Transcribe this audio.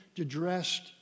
addressed